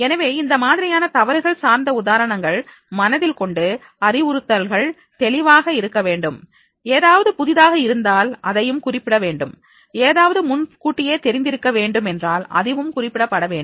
எனவே இந்த மாதிரியான தவறுகள் சார்ந்த உதாரணங்கள்மனதில் கொண்டு அறிவுறுத்தல்கள் தெளிவாக இருக்க வேண்டும் ஏதாவது புதிதாக இருந்தால் அதையும் குறிப்பிட வேண்டும் ஏதாவது முன்கூட்டியே தெரிந்திருக்க வேண்டும் என்றால் அதுவும் குறிப்பிடப்பட வேண்டும்